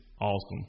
awesome